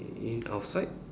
in outside